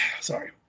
Sorry